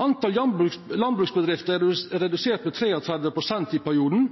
Talet på landbruksbedrifter er redusert med 33 pst. i perioden.